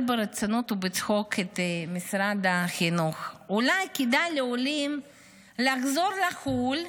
בציניות ובצחוק את משרד החינוך: אולי כדאי לעולים לחזור לחו"ל,